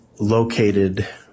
located